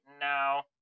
now